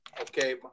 Okay